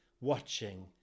watching